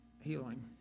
healing